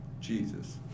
Jesus